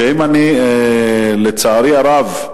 שלצערי הרב,